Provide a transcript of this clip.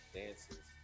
dances